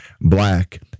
black